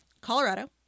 Colorado